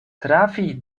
trafi